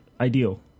ideal